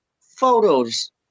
photos